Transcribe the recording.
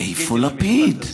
איפה לפיד?